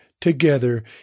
together